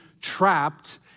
trapped